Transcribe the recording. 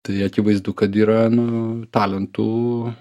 tai akivaizdu kad yra nu talentų